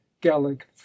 gallic